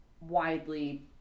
widely